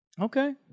Okay